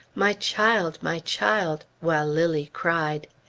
my child! my child! while lilly cried.